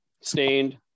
stained